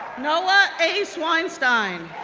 noa ace weinstein,